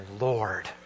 Lord